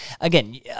again